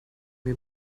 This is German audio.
mir